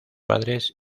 padres